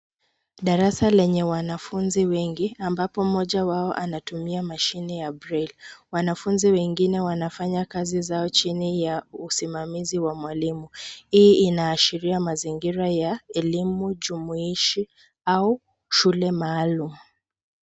Darasa lenye wanafunzi wengi, ambapo mmoja wao anatumia mashine ya braille . Wanafunzi wengine wanafanya kazi zao chini ya usimamizi wa mwalimu. Hii inaashiria mazingira ya elimu jumuishi au shule maalum.